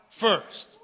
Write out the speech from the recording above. first